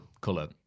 color